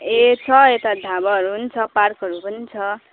ए छ यता ढाबाहरू पनि छ पार्कहरू पनि छ